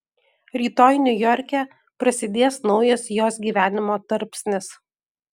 rytoj niujorke prasidės naujas jos gyvenimo tarpsnis